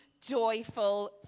joyful